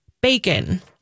bacon